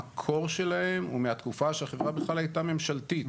המקור שלהם הוא מהתקופה שהחברה בכלל הייתה ממשלתית,